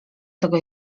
tego